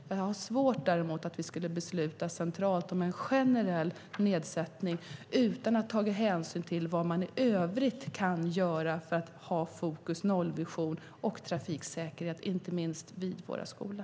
Jag har dock svårt att se att vi skulle kunna besluta centralt om en generell hastighetsnedsättning utan att ta hänsyn till vad man i övrigt kan göra för att ha fokus på nollvision och trafiksäkerhet, inte minst vid våra skolor.